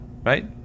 right